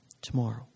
tomorrow